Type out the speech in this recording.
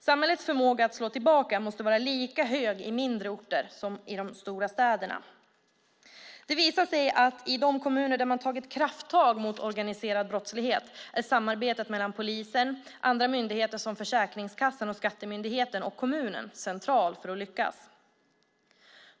Samhällets förmåga att slå tillbaka måste vara lika hög i mindre orter som i de stora städerna. Det visar sig att i de kommuner där man tagit krafttag mot organiserad brottslighet är samarbetet mellan polisen och andra myndigheter som Försäkringskassan, Skatteverket och kommunen centralt för att lyckas.